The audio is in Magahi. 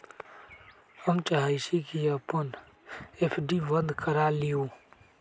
हम चाहई छी कि अपन एफ.डी बंद करा लिउ